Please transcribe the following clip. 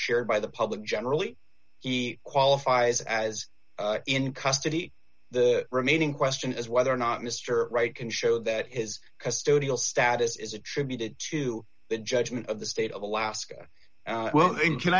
shared by the public generally he qualifies as in custody the remaining question is whether or not mr right can show that his custodial status is attributed to the judgment of the state of alaska well can